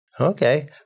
Okay